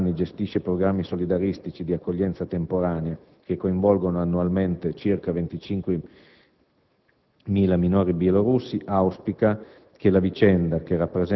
Il Comitato, che da anni gestisce programmi solidaristici di accoglienza temporanea che coinvolgono annualmente circa 25.000 minori bielorussi, auspica